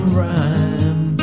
rhyme